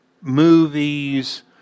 movies